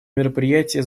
мероприятие